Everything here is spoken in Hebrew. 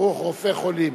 ברוך רופא חולים.